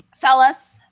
Fellas